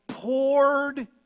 poured